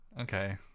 Okay